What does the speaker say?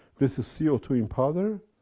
this is c o two in powder.